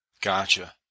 Gotcha